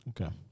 Okay